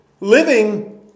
living